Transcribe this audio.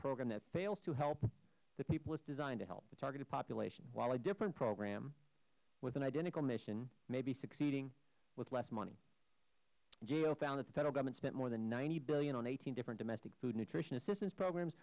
program that fails to help the people it is designed to help the targeted population while a different program with an identical mission may be succeeding with less money gao found that the federal government spent more than ninety dollars billion on eighteen different domestic food and nutrition assistance programs